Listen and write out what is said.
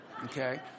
Okay